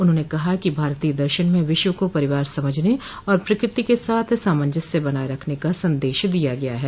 उन्होंने कहा कि भारतीय दर्शन में विश्व को परिवार समझने और प्रकृति के साथ सामंजस्य बनाए रखने का संदेश दिया गया है